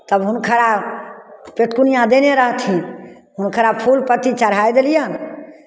तब हुनकरा पेटकुनिया देने रहथिन हुनकरा फूल पत्ती चढ़ाय देलियनि